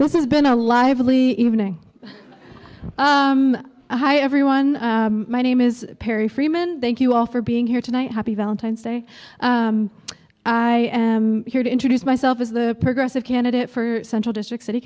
this is been a lively evening everyone my name is perry freeman thank you all for being here tonight happy valentine's day i here to introduce myself as the progressive candidate for central district city